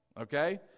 okay